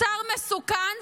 שר מסוכן,